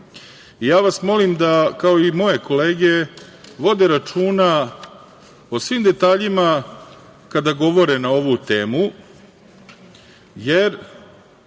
Ja vas molim da, kao i moje kolege, vode računa o svim detaljima kada govore na ovu temu, jer